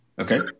Okay